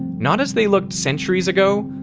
not as they looked centuries ago,